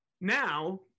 Now